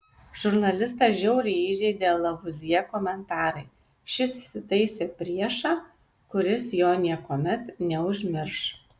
žurnalistą žiauriai įžeidė lavuazjė komentarai šis įsitaisė priešą kuris jo niekuomet neužmirš